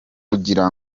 kugira